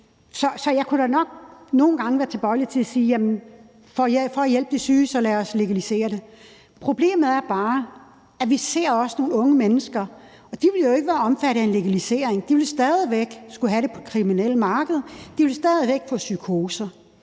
Så jeg kunne da nok nogle gange være tilbøjelig til at sige: Jamen for at hjælpe de syge, så lad os legalisere det. Problemet er bare, at vi også ser unge mennesker, som jo ikke vil jo være omfattet af en legalisering. De vil stadig væk skulle have det på det kriminelle marked, og de vil stadig væk få psykoser.